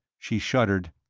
she shuddered.